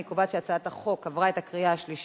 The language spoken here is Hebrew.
אני קובעת שהצעת החוק עברה את הקריאה השלישית,